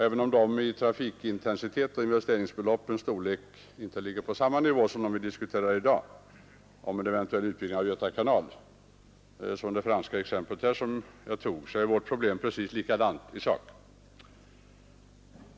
Även om inte trafikintensiteten och investeringsbeloppens storlek ligger på samma nivå när vi diskuterar en eventuell utbyggnad av Göta kanal som i det franska exempel jag anfört, så är vårt problem i sak precis detsamma.